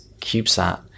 CubeSat